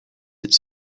its